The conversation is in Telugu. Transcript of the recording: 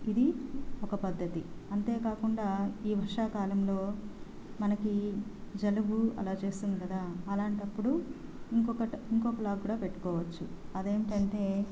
ఇది ఒక పద్దతి అంతేకాకుండా ఈ వర్షాకాలంలో మనకి జలుబు అలా చేస్తుంది కదా అలాంటప్పుడు ఇంకొకటి ఇంకొక లాగ కూడా పెట్టుకోవచ్చు అదేంటంటే